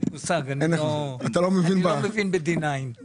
אין לי מושג אני לא מבין בדינאין.